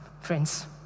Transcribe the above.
Friends